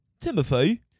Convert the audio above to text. Timothy